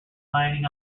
mining